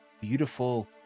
beautiful